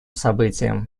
событием